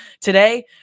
Today